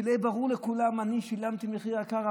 שיהיה ברור לכולם: אני שילמתי מחיר יקר,